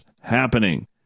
happening